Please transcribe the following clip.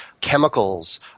chemicals